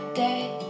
day